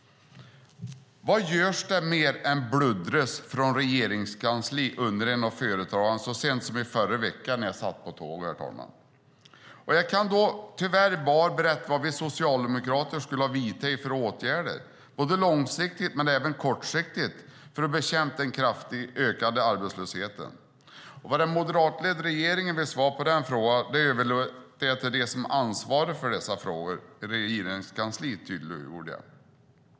Vad görs det mer än bluddras från Regeringskansliet? undrade en företagare så sent som förra veckan när jag satt på tåget, herr talman. Jag kunde då tyvärr bara berätta vad vi socialdemokrater skulle ha vidtagit för åtgärder, både långsiktigt och kortsiktigt, för att bekämpa den kraftigt ökande arbetslösheten. Vad den moderatledda regeringen vill svara på frågan överlåter jag till dem som är ansvariga för dessa frågor i Regeringskansliet, tydliggjorde jag.